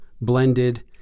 blended